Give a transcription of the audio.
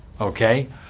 okay